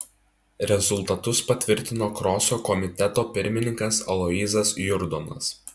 rezultatus patvirtino kroso komiteto pirmininkas aloyzas jurdonas